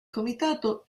comitato